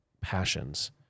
passions